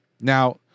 Now